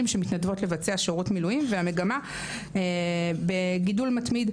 שמתנדבות לבצע שירות מילואים והמגמה בגידול מתמיד.